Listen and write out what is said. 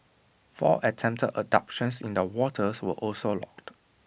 four attempted abductions in the waters were also logged